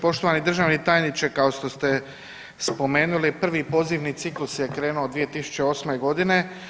Poštovani državni tajniče, kao što ste spomenuli prvi pozivni ciklus je krenuo 2008. godine.